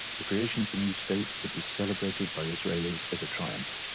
the creation of the new state would be celebrated by israelis as a triumph.